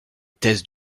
thèse